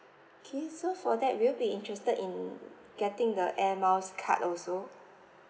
K so for that will you be interested in getting the air miles card also